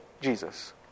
Jesus